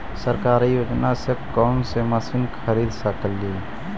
सरकारी योजना से कोन सा मशीन खरीद सकेली?